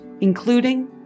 including